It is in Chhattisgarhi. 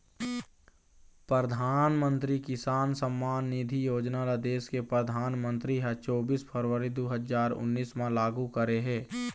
परधानमंतरी किसान सम्मान निधि योजना ल देस के परधानमंतरी ह चोबीस फरवरी दू हजार उन्नीस म लागू करे हे